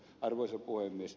arvoisa puhemies